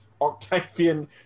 Octavian